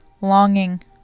Longing